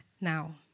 now